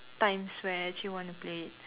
times where I actually want to play it